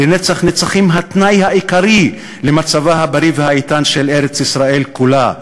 לנצח נצחים התנאי העיקרי למצבה הבריא והאיתן של ארץ-ישראל כולה".